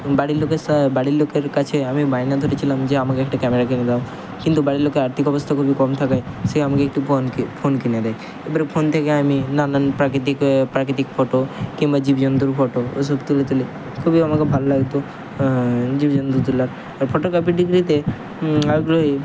বাড়ির লোকের সা বাড়ির লোকের কাছে আমি বায়না ধরেছিলাম যে আমাকে একটা ক্যামেরা কিনে দাও কিন্তু বাড়ির লোকের আর্থিক অবস্থা খুবই কম থাকায় সে আমাকে একটি ফোন কে ফোন কিনে দেয় এবারে ফোন থেকে আমি নানান প্রাকৃতিক প্রাকৃতিক ফটো কিম্বা জীবজন্তুর ফটো ওসব তুলে তুলে খুবই আমাকে ভাল লাগতো জীবজন্তু তোলার ফটোগ্রাফি ডিগ্রিতে আগ্রহী